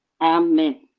Amen